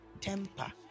temper